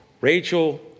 Rachel